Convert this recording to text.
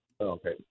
Okay